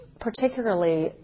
particularly